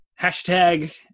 hashtag